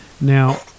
Now